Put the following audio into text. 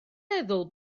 meddwl